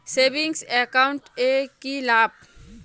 Savings account এর কি লাভ?